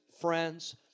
friends